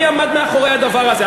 מי עמד מאחורי הדבר הזה?